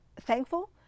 thankful